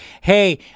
Hey